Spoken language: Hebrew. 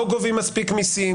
לא גובים מספיק מיסים,